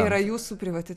yra jūsų privati